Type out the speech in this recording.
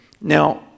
now